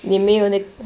你没有那个